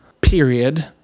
Period